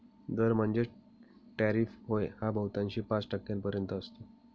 दर म्हणजेच टॅरिफ होय हा बहुतांशी पाच टक्क्यांपर्यंत असतो